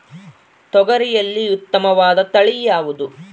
ತೊಗರಿಯಲ್ಲಿ ಉತ್ತಮವಾದ ತಳಿ ಯಾವುದು?